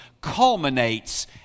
culminates